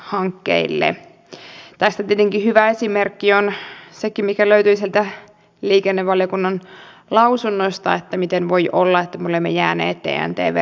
kyllä ihmettelen sitä jos todella esimerkiksi perussuomalaisten kansanedustaja elo on sitä mieltä että tällainen lainvalmistelu on todella asianmukaista eikä tällaiseen lainvalmisteluun pitäisi puuttua